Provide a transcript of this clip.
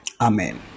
Amen